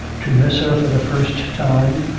to miss her for the first time,